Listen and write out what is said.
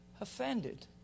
offended